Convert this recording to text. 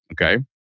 Okay